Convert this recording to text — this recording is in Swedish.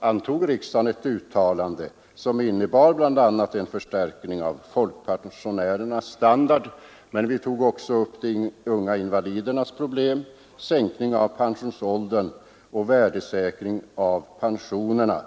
antog riksdagen ett uttalande, som bl.a. innebar en förstärkning av folkpensionärernas standard. Men vi tog också upp de unga invalidernas problem, en sänkning av pensionsåldern och värdesäkring av pensionerna.